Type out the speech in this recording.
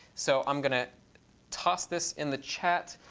so i'm going to toss this in the chat.